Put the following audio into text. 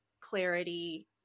clarity